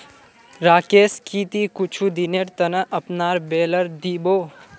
राकेश की ती कुछू दिनेर त न अपनार बेलर दी बो